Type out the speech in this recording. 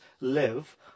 live